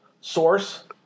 source